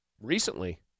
Recently